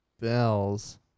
bells